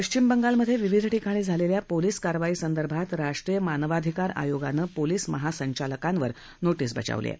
पश्चिम बंगालमधे विविध ठिकाणी झालेल्या पोलीस कारवाई संदर्भात राष्ट्रीय मानवंधिकार आयोगानं पोलीस महासंचालकांवर नोटीस बजावली आहे